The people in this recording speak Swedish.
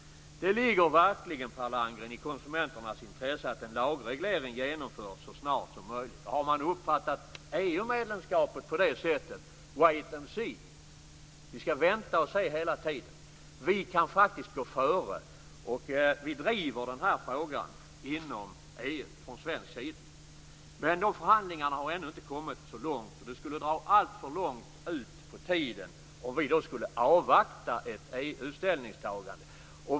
Det ligger verkligen, Per Landgren, i konsumenternas intresse att en lagreglering genomförs så snart som möjligt. Har man uppfattat EU-medlemskapet som att vi hela tiden skall vänta och se? Vi kan faktiskt gå före, och vi driver den här frågan från svensk sida inom EU. Men dessa förhandlingar har ännu inte kommit så långt, och det skulle dra ut alltför länge på tiden om vi skulle avvakta ett EU-ställningstagande.